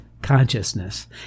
consciousness